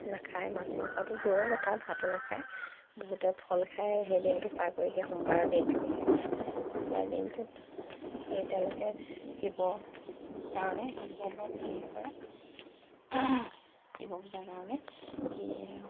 নাখায় মাছ মাংসটো দূৰৰে কথা ভাতো নাখায় বহুতে ফল খায় সেই দিনটো পাৰ কৰি দিয়ে সোমবাৰৰ দিনটো বিশেষকে সোমবাৰ দিনটোত সেই তেওঁলোকে শিৱৰ কাৰণে শিৱব্ৰত পালন কৰে শিৱ পূজাৰ কাৰণে সি